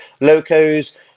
locos